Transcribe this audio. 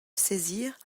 saisirent